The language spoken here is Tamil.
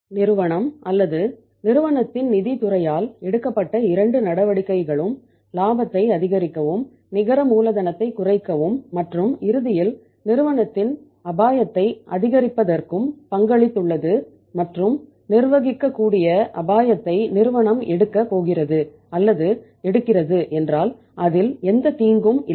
நிறுவனம் அல்லது நிறுவனத்தின் நிதித் துறையால் எடுக்கப்பட்ட இரண்டு நடவடிக்கைகளும் இலாபத்தை அதிகரிக்கவும் நிகர மூலதனத்தை குறைக்கவும் மற்றும் இறுதியில் நிறுவனத்தின் அபாயத்தை அதிகரிப்பதர்க்கும் பங்காளித்துள்ளது மற்றும் நிர்வகிக்கக்கூடிய அபாயத்தை நிறுவனம் எடுக்கப் போகிறது அல்லது எடுக்கிறது என்றால் அதில் எந்தத் தீங்கும் இல்லை